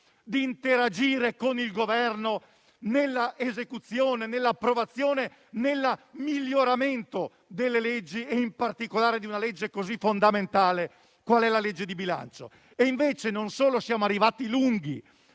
di interagire con il Governo nella esecuzione, nell'approvazione, nel miglioramento delle leggi e, in particolare, di un provvedimento così fondamentale qual è la legge di bilancio. Non solo siamo in ritardo (il